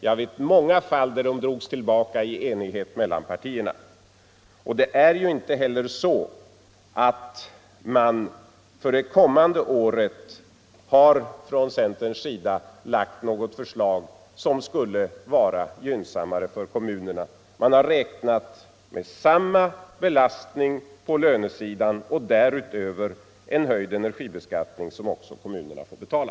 Jag vet många fall där de drogs tillbaka i enighet mellan partierna. Och det är ju inte heller så att man från centerns sida för det kommande året har lagt något förslag som skulle vara gynnsammare för kommunerna. Man har räknat med samma belastning på lönesidan och därutöver en höjd energibeskattning som också kommunerna får betala.